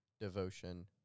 devotion